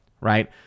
right